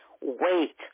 Wait